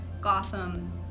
Gotham